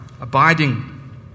abiding